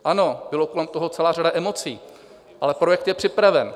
Ano, byla kolem toho celá řada emocí, ale projekt je připraven.